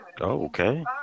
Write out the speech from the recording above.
Okay